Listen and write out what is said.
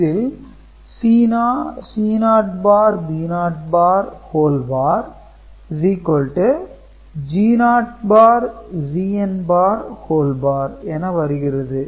இதில் என வருகிறது